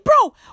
bro